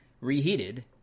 reheated